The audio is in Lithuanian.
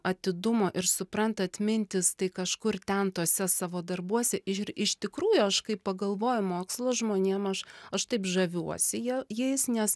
atidumo ir suprantat mintys tai kažkur ten tuose savo darbuose ir iš tikrųjų aš kai pagalvoju mokslo žmonėm aš aš taip žaviuosi ja jais nes